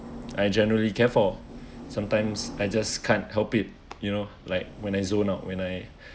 I generally get for sometimes I just can't help it you know like when I zone out when I